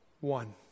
One